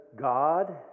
God